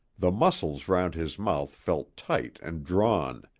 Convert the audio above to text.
the muscles round his mouth felt tight and drawn,